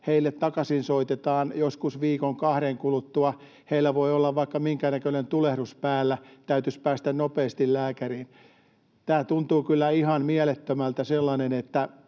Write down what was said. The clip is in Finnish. Heille takaisinsoitetaan joskus viikon kahden kuluttua, vaikka heillä voi olla vaikka minkänäköinen tulehdus päällä ja täytyisi päästä nopeasti lääkäriin. Tämä tuntuu kyllä ihan mielettömältä, että